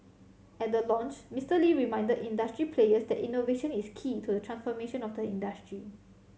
at the launch Mister Lee reminded industry players that innovation is key to the transformation of the industry